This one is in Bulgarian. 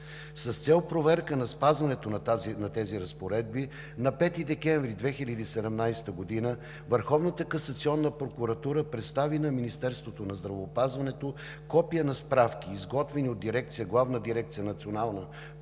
С цел проверка на спазването на тези разпоредби на 5 декември 2017 г. Върховната касационна прокуратура представи на Министерството на здравеопазването копие на справки, изготвени от Главна дирекция „Национална